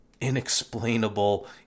inexplainable